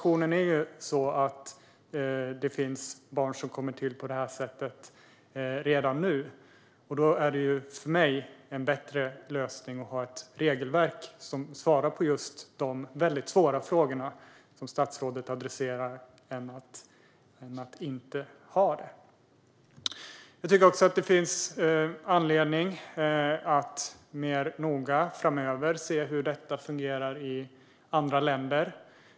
Redan nu finns det barn som kommer till på detta sätt, och då är det för mig en bättre lösning att ha ett regelverk som svarar på just de svåra frågor som statsrådet adresserar än att inte ha det. Det finns också anledning att mer noga titta på hur detta fungerar i andra länder.